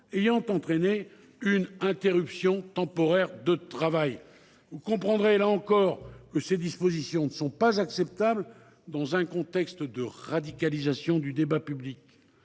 ayant entraîné une interruption temporaire de travail. Vous comprendrez, là encore, que ces dispositions ne sont pas acceptables. Dans un contexte de radicalisation du débat public